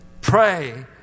pray